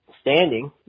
standing